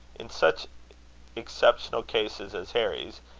in such exceptional cases as harry's,